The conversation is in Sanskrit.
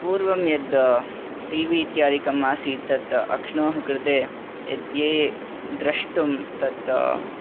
पूर्वं यद् टि वि इत्यादिकम् आसीत् तत् अक्ष्णोः कृते यत् ये द्रष्टुं तत्